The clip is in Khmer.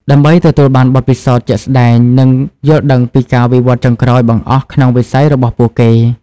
ដើម្បីទទួលបានបទពិសោធន៍ជាក់ស្តែង និងយល់ដឹងពីការវិវត្តន៍ចុងក្រោយបង្អស់ក្នុងវិស័យរបស់ពួកគេ។